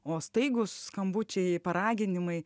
o staigūs skambučiai paraginimai